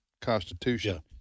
constitution